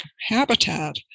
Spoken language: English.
habitat